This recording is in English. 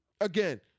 Again